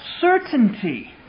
certainty